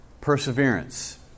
perseverance